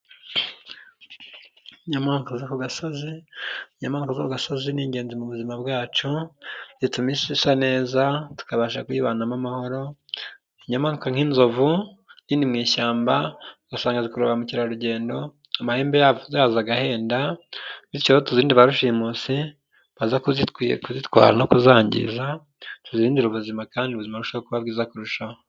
Inyamaswa zo kugasozi, inyamaswa zo kugasozi ni ingenzi mu buzima bwacu, zituma isi isa neza tukabasha kuyibanamo amahoro, inyamaswa nk'inzovu nini mu ishyamba ugasanga tubona ba mukerarugendo amahembe yazo agahenda, bityo rero tuzirinde ba rushimusi baza kuzitwara no kuzangiza, tuzirindire ubuzima, kandi ubuzima burusheho kuba bwiza kurushaho.